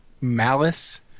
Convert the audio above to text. malice